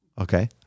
okay